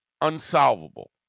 unsolvable